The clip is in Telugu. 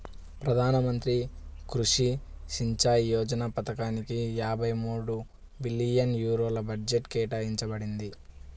ప్రధాన మంత్రి కృషి సించాయ్ యోజన పథకానిక యాభై మూడు బిలియన్ యూరోల బడ్జెట్ కేటాయించబడింది